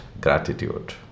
gratitude